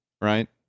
right